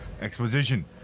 Exposition